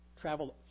traveled